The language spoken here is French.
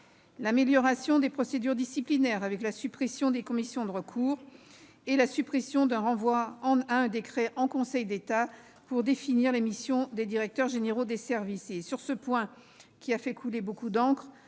l'amélioration des procédures disciplinaires, avec la suppression des commissions de recours ; enfin, la suppression du renvoi à un décret pris en Conseil d'État pour définir les missions des directeurs généraux des services. Sur ce dernier point, qui a fait couler beaucoup d'encre,